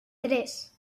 tres